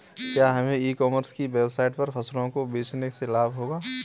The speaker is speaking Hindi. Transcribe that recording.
क्या हमें ई कॉमर्स की वेबसाइट पर फसलों को बेचने से लाभ होगा?